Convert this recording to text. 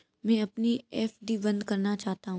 मैं अपनी एफ.डी बंद करना चाहता हूँ